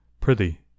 Prithee